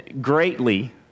greatly